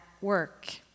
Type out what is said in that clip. work